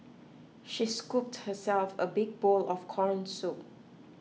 she scooped herself a big bowl of Corn Soup